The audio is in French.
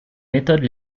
méthodes